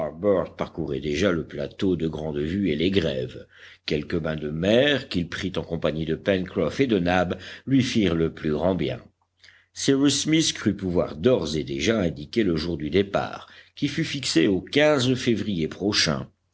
harbert parcourait déjà le plateau de grandevue et les grèves quelques bains de mer qu'il prit en compagnie de pencroff et de nab lui firent le plus grand bien cyrus smith crut pouvoir d'ores et déjà indiquer le jour du départ qui fut fixé au février prochain